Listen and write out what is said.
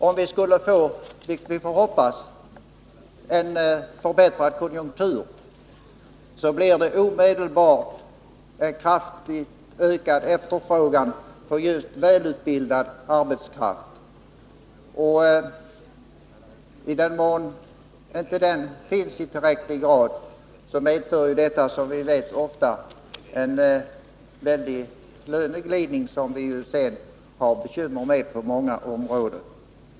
Om vi skulle få en förbättrad konjunktur, vilket vi får hoppas, blir det omedelbart en kraftigt ökad efterfrågan på välutbildad arbetskraft, och i den mån den inte finns i tillräcklig grad medför detta som vi vet ofta en väldig löneglidning, som vi sedan har bekymmer med på många områden.